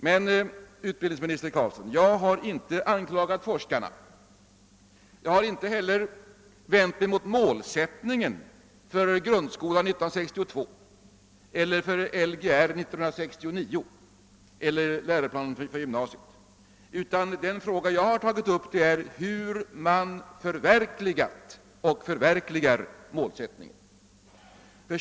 Men, utbildningsminister Carlsson, jag har inte anklagat forskarna. Jag har inte heller vänt mig mot målsättningen för grundskolan 1962, för Lgr 69 eller för läroplanen för gymnasiet, utan den fråga jag tagit upp är hur man förverkligat och förverkligar målsättningen.